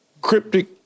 cryptic